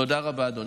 תודה רבה, אדוני.